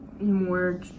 more